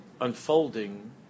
unfolding